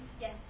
Yes